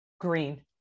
Green